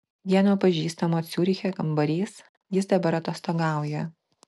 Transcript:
vieno pažįstamo ciuriche kambarys jis dabar atostogauja